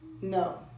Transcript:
No